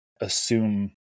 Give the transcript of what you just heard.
assume